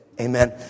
Amen